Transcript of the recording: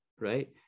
right